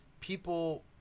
people